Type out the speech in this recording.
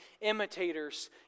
imitators